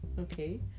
Okay